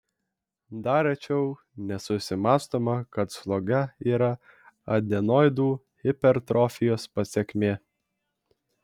dar rečiau nesusimąstoma kad sloga yra adenoidų hipertrofijos pasekmė